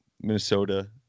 Minnesota